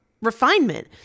refinement